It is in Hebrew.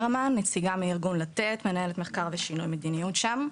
מנהלת מחקר ושינוי מדיניות שם.